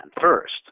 first